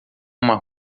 uma